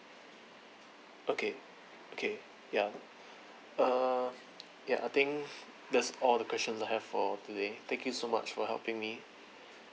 okay okay yeah uh yeah I think that's all the questions I have for today thank you so much for helping me